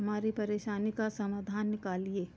हमारी परेशानी का समाधान निकालिए